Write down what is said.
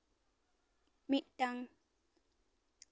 ᱢᱤᱫᱴᱟᱝ